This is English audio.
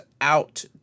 out